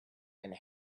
and